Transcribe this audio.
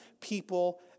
people